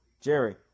Jerry